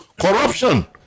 Corruption